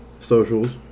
socials